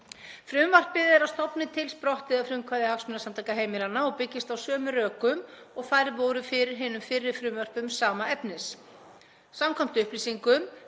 Frumvarpið er að stofni til sprottið af frumkvæði Hagsmunasamtaka heimilanna og byggist á sömu rökum og færð voru fyrir hinum fyrri frumvörpum sama efnis. Samkvæmt upplýsingum